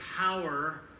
power